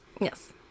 Yes